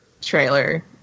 trailer